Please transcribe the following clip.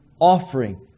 offering